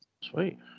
Sweet